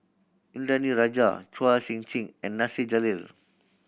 Indranee Rajah Chua Sian Chin and Nasir Jalil